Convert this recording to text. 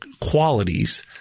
qualities